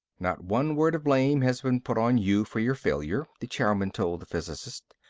not one word of blame has been put on you for your failure, the chairman told the physicist.